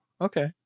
Okay